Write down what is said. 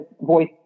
voice